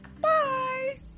Bye